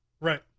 Right